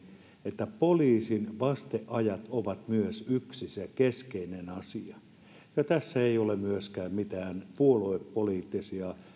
että poliisin vasteajat ovat myös yksi keskeinen asia tässä ei ole myöskään mitään puoluepoliittisia